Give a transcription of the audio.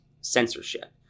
censorship